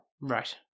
Right